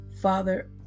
father